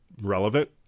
relevant